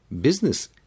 business